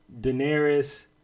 Daenerys